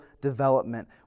development